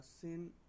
sin